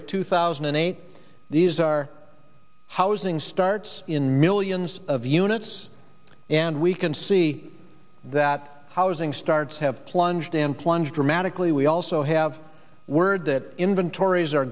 of two thousand and eight these are housing starts in millions of units and we can see that housing starts have plunged and plunged dramatically we also have word that inventories are